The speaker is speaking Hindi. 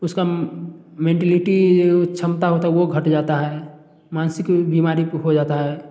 उसका मेंटेलिटी क्षमता होता है वो घट जाता है मानसिक बीमारी हो जाता है